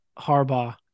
Harbaugh